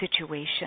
situation